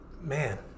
man